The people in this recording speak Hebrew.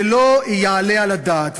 זה לא יעלה על הדעת.